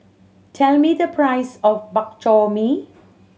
tell me the price of Bak Chor Mee